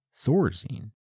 Thorazine